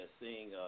seeing